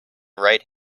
right